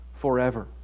forever